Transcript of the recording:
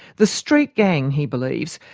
the street gang, he believes,